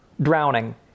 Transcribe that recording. drowning